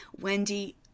Wendy